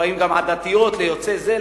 לפעמים גם עדתיות ליוצאי זה,